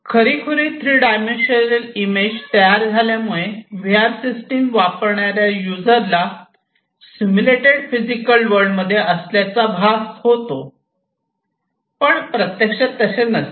खरीखुरी three dimensional image तयार झाल्यामुळे V R system वापरणाऱ्या युजरला सिम्युलेटेड फिजिकल वर्ल्ड मध्ये असल्याचा भास होतो पण प्रत्यक्षात तसे नसते